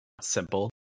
simple